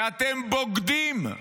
ואתם בוגדים,